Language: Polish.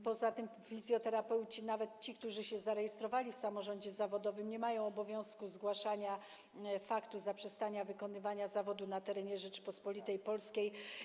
Poza tym fizjoterapeuci, nawet ci, którzy zarejestrowali się w samorządzie zawodowym, nie mają obowiązku zgłaszania faktu zaprzestania wykonywania zawodu na terenie Rzeczypospolitej Polskiej.